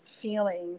feelings